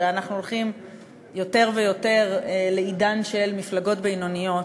הרי אנחנו הולכים יותר ויותר לעידן של מפלגות בינוניות.